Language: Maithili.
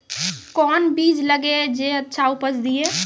कोंन बीज लगैय जे अच्छा उपज दिये?